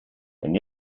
and